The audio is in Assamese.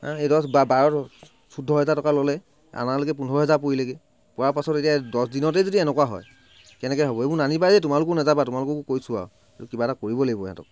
সেই দহ বাৰ চৈধ্য হাজাৰ টকা ল'লে অনালৈকে পোন্ধৰ হাজাৰ টকা পৰিলেগৈ পোৱা পিছত দহদিনতে যদি এনেকুৱা হয় কেনেকৈ হ'ব এইবোৰ নানিবা দেই তোমালোকো নাযাবা কৈছো আৰু কিবা এটা কৰিব লাগিব ইহঁতক